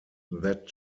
that